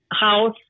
house